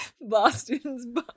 Boston's